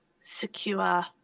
secure